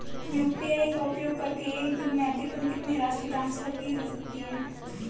UPI का उपयोग करके एक दिन में अधिकतम कितनी राशि ट्रांसफर की जा सकती है?